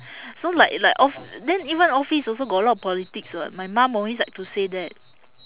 so like like of~ then even office also got a lot of politics [what] my mum always like to say that